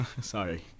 Sorry